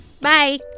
Bye